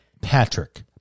Patrick